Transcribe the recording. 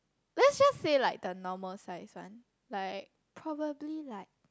let's just said like the normal size one like probably like